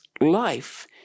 life